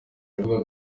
avuga